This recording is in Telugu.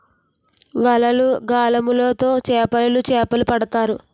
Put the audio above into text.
వలలు, గాలములు తో చేపలోలు చేపలు పడతారు